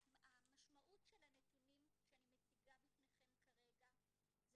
המשמעות של הנתונים שאני מציגה בפניכם כרגע זה